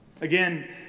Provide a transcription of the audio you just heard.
Again